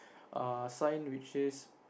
err sign which says